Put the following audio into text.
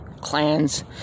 clans